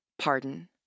pardon